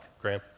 Graham